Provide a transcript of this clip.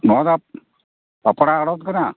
ᱱᱚᱣᱟ ᱫᱚ ᱯᱟᱛᱲᱟ ᱟᱲᱚᱛ ᱠᱟᱱᱟ